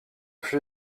flux